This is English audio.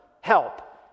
help